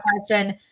question